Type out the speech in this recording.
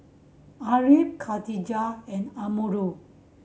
Ariff Katijah and Amirul